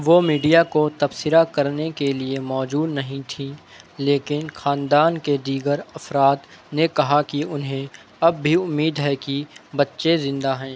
وہ میڈیا کو تبصرہ کرنے کے لیے موجود نہیں تھی لیکن خاندان کے دیگر افراد نے کہا کہ انہیں اب بھی امید ہے کہ بچے زندہ ہیں